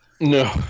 no